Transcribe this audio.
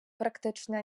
практично